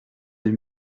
deux